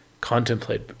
contemplate